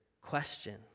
question